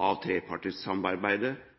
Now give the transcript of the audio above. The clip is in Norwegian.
av